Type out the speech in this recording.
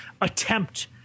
attempt